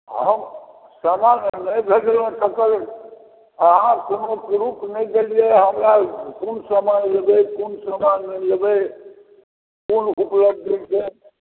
हॅं समान नहि भेजलहुँ तकर अहाँ कोनो स्वरुप नहि देलियै हमरा कोन सामान लेबै कोन समान लेबै कोन उपलब्ध छै